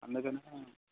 అందుకని